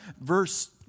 verse